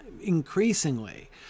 increasingly